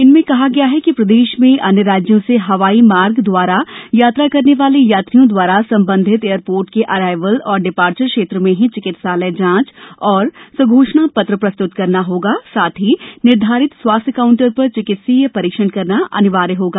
इनमें कहा गया है कि प्रदेश में अन्य राज्यों से हवाई मार्ग दवारा यात्रा करने वाले यात्रियों दवारा संबंधित एयरपोर्ट के अराइवल तथा डिपार्चर क्षेत्र में ही चिकित्सकीय जांच एवं स्व घोषणा पत्र प्रस्त्त करना होगा और निर्धारित स्वास्थ्य काउंटर पर चिकित्सकीय परीक्षण कराना अनिवार्य होगा